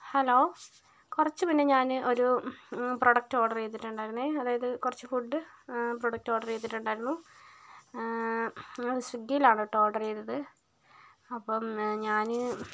hello കുറച്ച് മുൻപേ ഞാൻ ഒരു പ്രോഡക്റ്റ് ഓർഡർ ചെയ്തിട്ടുണ്ടായിരുന്നെ അതായത് കുറച്ച് ഫുഡ് പ്രോഡക്റ്റ് ഓർഡർ ചെയ്തിട്ടുണ്ടായിരുന്നു ഞാൻ സ്വിഗ്ഗിലാണ് കേട്ടോ ഓർഡർ ചെയ്തത് അപ്പോൾ ഞാൻ